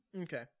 Okay